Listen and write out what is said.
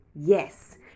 Yes